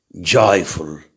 joyful